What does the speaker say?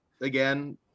Again